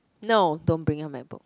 no don't bring your MacBook